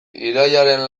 irailaren